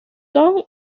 tom